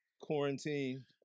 quarantine